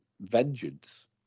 vengeance